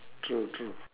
true true